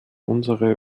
unsere